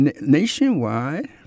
nationwide